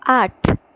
আট